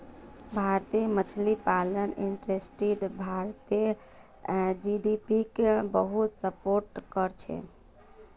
भारतेर मछली पालन इंडस्ट्री भारतेर जीडीपीक बहुत सपोर्ट करछेक